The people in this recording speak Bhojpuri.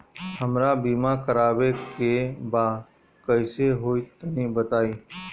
हमरा बीमा करावे के बा कइसे होई तनि बताईं?